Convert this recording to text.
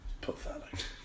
pathetic